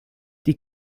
die